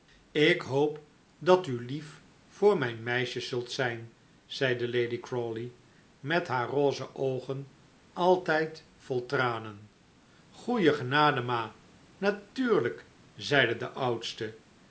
ik hoop dat u lief voor mijn meisjes zult zijn zeide lady crawley met haar roze oogen altijd vol tranen goeie genade ma natuurlijk zeide de oudste